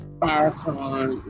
fireCon